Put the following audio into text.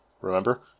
remember